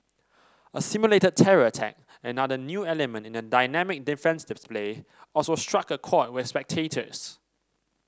a simulated terror attack another new element in the dynamic defence display also struck a chord with spectators